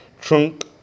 trunk